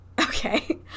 Okay